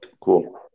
Cool